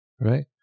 right